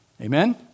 Amen